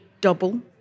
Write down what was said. Double